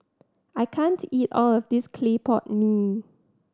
I can't eat all of this clay pot mee